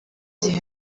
gihe